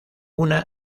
una